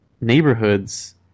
neighborhoods